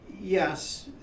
Yes